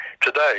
Today